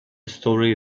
story